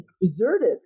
deserted